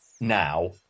now